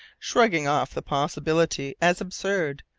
shrugging off the possibility as absurd,